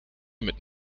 mit